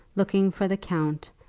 looking for the count,